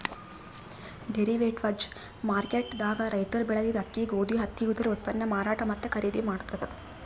derivatives market ದಾಗ್ ರೈತರ್ ಬೆಳೆದಿದ್ದ ಅಕ್ಕಿ ಗೋಧಿ ಹತ್ತಿ ಇವುದರ ಉತ್ಪನ್ನ್ ಮಾರಾಟ್ ಮತ್ತ್ ಖರೀದಿ ಮಾಡ್ತದ್